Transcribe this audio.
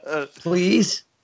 please